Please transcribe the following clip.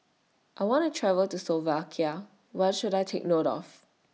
I want to travel to Slovakia What should I Take note of